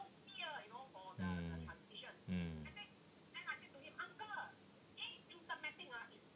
mm mm